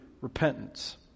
repentance